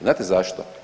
Znate zašto?